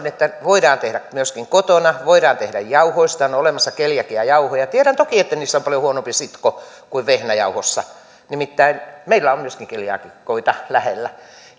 että voidaan tehdä myöskin kotona voidaan tehdä jauhoista on olemassa keliakiajauhoja tiedän toki että niissä on paljon huonompi sitko kuin vehnäjauhoissa nimittäin meillä on myöskin keliaakikoita lähellä